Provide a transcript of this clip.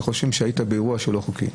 שחושבים שהיית באירוע לא חוקי.